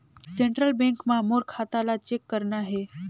Central bank मां मोर खाता ला चेक करना हे?